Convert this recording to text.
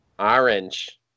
Orange